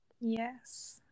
Yes